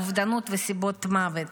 אובדנות וסיבות מוות,